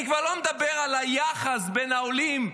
אני כבר לא מדבר על היחס בין העולים,